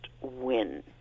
win